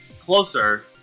Closer